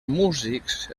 músics